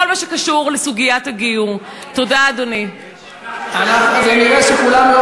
אדוני היושב-ראש,